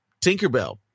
Tinkerbell